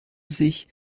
sich